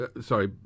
sorry